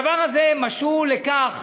הדבר הזה משול לכך